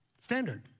Standard